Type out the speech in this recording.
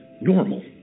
normal